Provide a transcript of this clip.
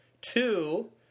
two